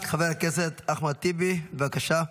חבר הכנסת אחמד טיבי, בבקשה.